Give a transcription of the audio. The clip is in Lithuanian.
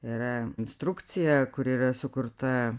yra instrukcija kuri yra sukurta